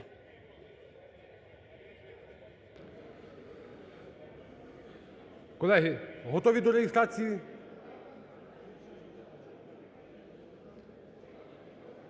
Колеги, готові до реєстрації?